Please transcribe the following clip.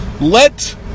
Let